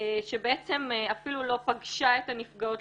שבעצם אפילו לא פגשה את הנפגעות,